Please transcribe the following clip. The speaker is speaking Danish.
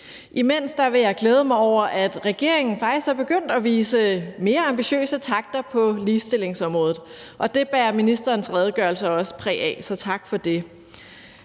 Imens vil jeg glæde mig over, at regeringen faktisk er begyndt at vise mere ambitiøse takter på ligestillingsområdet, og det bærer ministerens redegørelse også præg af. Så tak for det.